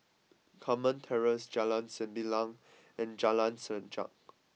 Carmen Terrace Jalan Sembilang and Jalan Sajak